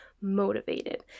motivated